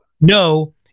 no